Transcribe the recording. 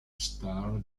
star